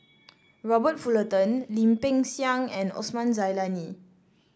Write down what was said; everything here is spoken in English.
Robert Fullerton Lim Peng Siang and Osman Zailani